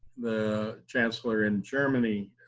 the chancellor in germany,